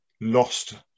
lost